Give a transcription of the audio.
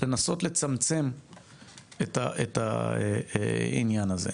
לנסות לצמצם את העניין הזה.